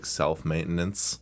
self-maintenance